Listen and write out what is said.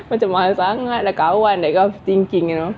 macam mahal sangat kawan that kind of thinking you know